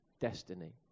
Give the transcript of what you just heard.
destiny